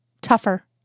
tougher